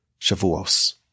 Shavuos